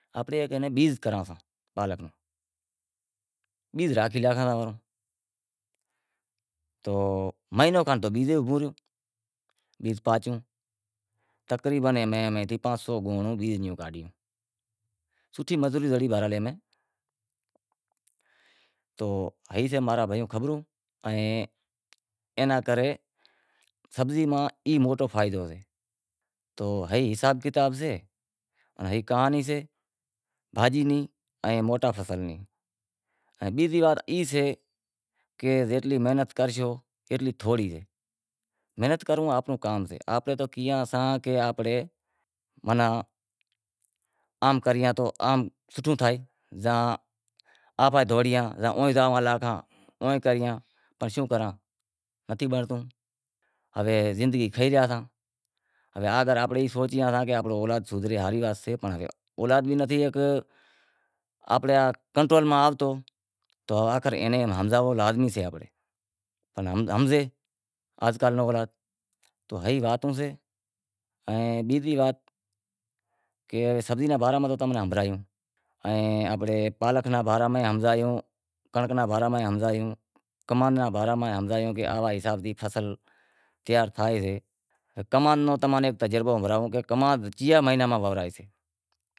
تا رے ملکانڑی ان گھر ڈھکڑا سیں تو ہوے اماں جیوو کر بہ سو اڈھائی سو رے ڈیزل ماں پوری زان ٹرالا ماں سڑی پرنڑائڑ گیا تاں رے اجیو مامو حیاتی ہوئے، اجیو مامو کہے ماں رو بھانڑیجو پہری پرنڑے ریو سے موبھی، تو ماں رے کار کر، تو سستائی رو ٹیم ہوئے، سستائی رے ٹیم ماں ڈیڈہ سو روپیاں ماں اوٹ موٹ کار کری، اے ماں امیں بئے لاڈا پرنڑنوا گیا، ماں رو سوٹ بھی ہوئے، اچھا ماں رے گھر ماں جیکو سے بئے وری ہوئیں، تاں رے ای ٹیم، ٹیم ہتو، اتا رے جیکو ٹیم آیو سے، اتا رے زو جکو ویواہ کرنڑو سے آنپنڑے سوکراں رو یا سوری روں، تو کم سے کم ترن چار لکھ روپیا ہوئیں تنے جیوکر ویواہ کری سگھاں، ائیں مانگڑاں سے، سادی سے ان مثال کہ امیں سوڑیوں خالی لیوا زو تو بھی تقریبن نتھی تو ماناں پانس سوڑیوں لیوا جو تو گھٹ میں گھٹ ستر اسی ہزار پانس سوڑیوں تھائے، تاں رے سستائی رے ٹیم میں خالی گھڑی ٹھرائی ہتی ادھ کلے ری بارانہں ہزار میں، تاں رے سادی بھانو ہتی، اتاں رے ایوی مہنگائی ودھے گئی سے